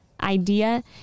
idea